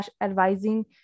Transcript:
advising